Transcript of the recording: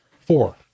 Four